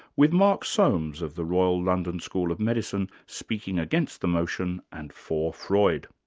with mark soames, of the royal london school of medicine speaking against the motion and for freud.